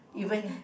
okay